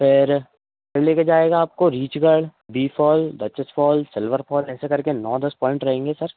फिर फिर ले कर जाएगा आपको Reechgarh Bee fall Duchess fall silver fall ऐसे करके नौ दस पॉइन्ट रहेंगे सर